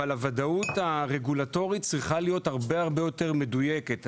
אבל הוודאות הרגולטורית צריכה להיות הרבה יותר מדויקת.